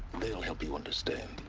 they'll help you understand